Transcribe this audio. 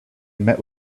met